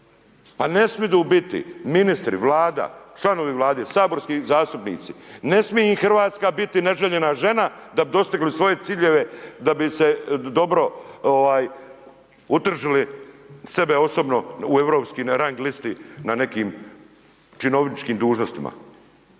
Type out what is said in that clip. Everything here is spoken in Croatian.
Pa ne smiju biti ministri, Vlada, članovi vlade, saborski zastupnici, ne smije im Hrvatska biti neželjena žena da bi dostigli svoje ciljeve, da bi se dobro utržili sebe osobno u europski, na rang listi na nekim činovničkim dužnostima.